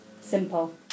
simple